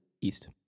east